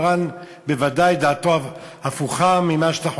מרן בוודאי דעתו הפוכה ממה שאתה חושב,